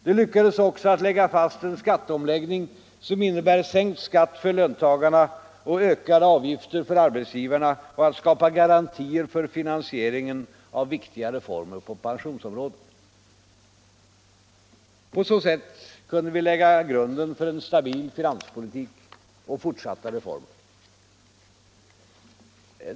Det lyckades också att lägga fast en skatteomläggning som innebär sänkt skatt för löntagarna och ökade avgifter för arbetsgivarna och att skapa garantier för finansieringen av viktiga reformer på pensionsområdet. På så sätt kunde vi lägga grunden för en stabil finanspolitik och en fortsatt reformpolitik.